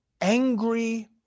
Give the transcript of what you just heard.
angry